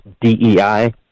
DEI